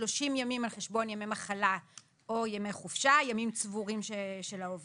30 ימים על חשבון ימי מחלה או ימי חופשה שהם ימים צבורים של העובדים.